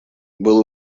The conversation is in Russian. был